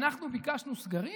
אנחנו ביקשנו סגרים?